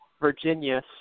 Virginia